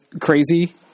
crazy